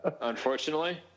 Unfortunately